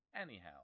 anyhow